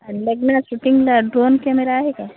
लग्न शूटिंगला drone camera आहे का